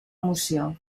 emoció